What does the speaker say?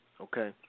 okay